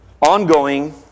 Ongoing